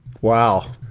Wow